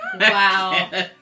Wow